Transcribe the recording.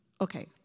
okay